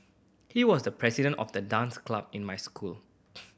he was the president of the dance club in my school